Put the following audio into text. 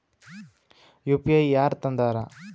UPI ಯಾರ್ ತಂದಾರ?